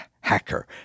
hacker